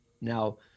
now